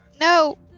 No